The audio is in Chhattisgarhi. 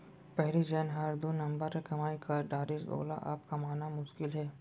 पहिली जेन हर दू नंबर के कमाई कर डारिस वोला अब कमाना मुसकिल हे